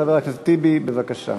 חבר הכנסת טיבי, בבקשה.